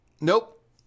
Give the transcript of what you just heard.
Nope